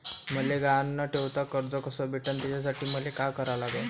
मले गहान न ठेवता कर्ज कस भेटन त्यासाठी मले का करा लागन?